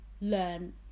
learn